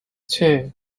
two